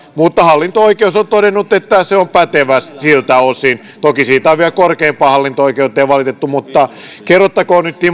mutta hallinto oikeus on todennut että se on pätevä siltä osin toki siitä on vielä korkeimpaan hallinto oikeuteen valitettu mutta kerrottakoon nyt